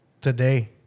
today